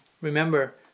Remember